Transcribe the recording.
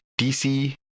DC